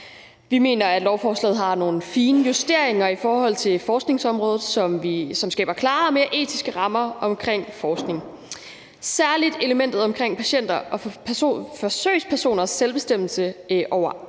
Vi mener, at lovforslaget har nogle fine justeringer i forhold til forskningsområdet, som skaber klarere og mere etiske rammer omkring forskning. Særlig elementet omkring patienter og forsøgspersoners selvbestemmelse over